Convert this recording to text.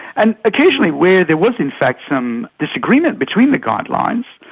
and occasionally where there was in fact some disagreement between the guidelines,